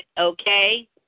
okay